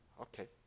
Okay